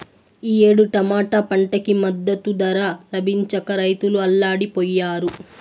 ఈ ఏడు టమాటా పంటకి మద్దతు ధర లభించక రైతులు అల్లాడిపొయ్యారు